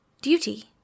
Duty